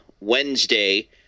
Wednesday